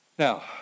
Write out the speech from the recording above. Now